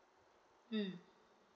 mm